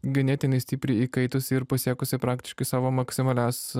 ganėtinai stipriai įkaitusi ir pasiekusi praktiškai savo maksimalias